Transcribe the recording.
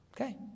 Okay